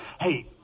Hey